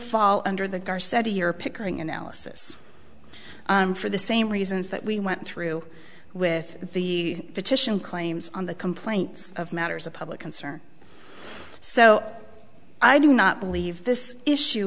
fall under the guard said to your pickering analysis for the same reasons that we went through with the petition claims on the complaints of matters of public concern so i do not believe this issue